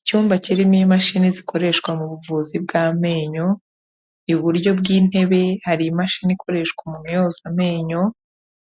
Icyumba kirimo imashini zikoreshwa mu buvuzi bw'amenyo, iburyo bw'intebe hari imashini ikoreshwa umuntu yoza amenyo,